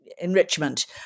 enrichment